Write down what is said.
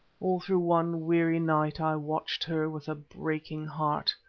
all through one weary night i watched her with a breaking heart.